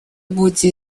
будьте